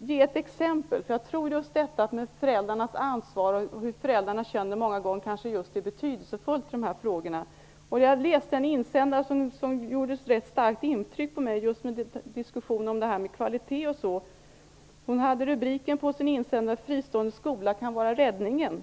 ge ett exempel. Jag tror att föräldrarnas ansvar och hur de känner i dessa frågor är betydelsefullt. Jag har läst en insändare som gjorde ett rätt starkt intryck på mig. Den berörde diskussionen om kvalitet. Rubriken på insändaren var Fristående skola kan vara räddningen.